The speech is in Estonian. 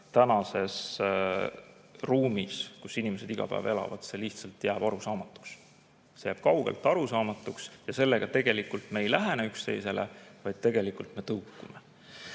tänases ruumis, kus inimesed iga päev elavad, lihtsalt jääb arusaamatuks. See jääb kaugelt arusaamatuks. Ja sellega me mitte ei lähene üksteisele, vaid tegelikult me tõukame